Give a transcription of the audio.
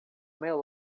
meu